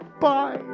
Bye